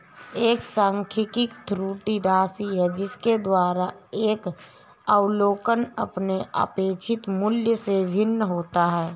एक सांख्यिकी त्रुटि राशि है जिसके द्वारा एक अवलोकन अपने अपेक्षित मूल्य से भिन्न होता है